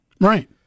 Right